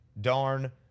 darn